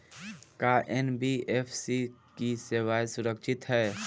का एन.बी.एफ.सी की सेवायें सुरक्षित है?